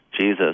Jesus